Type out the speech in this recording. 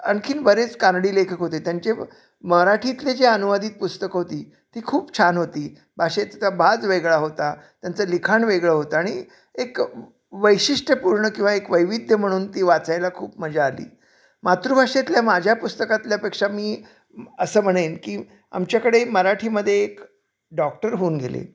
आणखी बरेच कानडी लेखक होते त्यांचे मराठीतले जे अनुवादित पुस्तकं होती ती खूप छान होती भाषेचा त्या बाज वेगळा होता त्यांचं लिखाण वेगळं होतं आणि एक वैशिष्ट्यपूर्ण किंवा एक वैविध्य म्हणून ती वाचायला खूप मजा आली मातृभाषेतल्या माझ्या पुस्तकातल्यापेक्षा मी असं म्हणेन की आमच्याकडे मराठीमध्ये एक डॉक्टर होऊन गेले